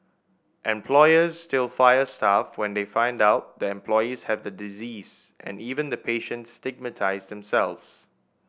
employers still fire staff when they find out the employees have the disease and even the patients stigmatise themselves